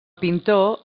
pintor